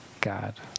God